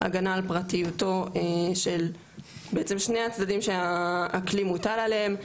הגנה על פרטיותו של בעצם שני הצדדים שהכלי מוטל עליהם,